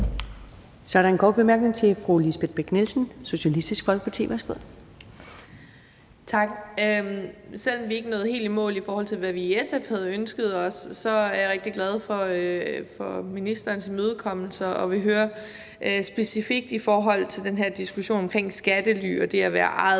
Så er der en kort bemærkning til fru Lisbeth Bech-Nielsen, Socialistisk Folkeparti. Værsgo. Kl. 20:34 Lisbeth Bech-Nielsen (SF): Tak. Selv om vi ikke nåede helt i mål, i forhold til hvad vi i SF havde ønsket os, så er jeg rigtig glad for ministerens imødekommelse og vil høre specifikt i forhold til den her diskussion omkring skattely og det at være ejet